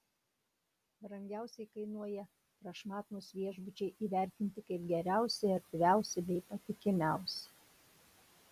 brangiausiai kainuoja prašmatnūs viešbučiai įvertinti kaip geriausi erdviausi bei patikimiausi